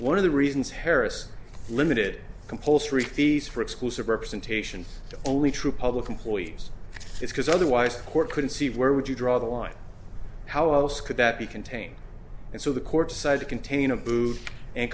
one of the reasons harris limited compulsory fees for exclusive representation to only true public employees is because otherwise couldn't see where would you draw the line how else could that be contained and so the court decided to contain a boot and